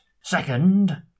Second